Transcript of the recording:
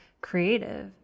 creative